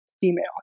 female